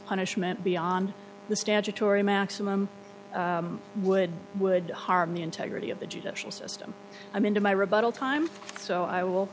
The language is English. punishment beyond the statutory maximum would would harm the integrity of the judicial system i'm into my rebuttal time so i will